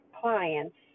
clients